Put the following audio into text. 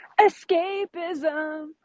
escapism